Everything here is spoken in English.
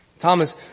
Thomas